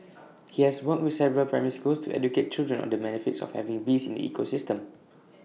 he has worked with several primary schools to educate children on the benefits of having bees in ecosystem